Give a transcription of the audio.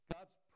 God's